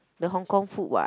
the Hong-Kong food [what]